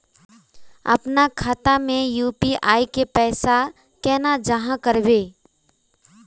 अपना खाता में यू.पी.आई के पैसा केना जाहा करबे?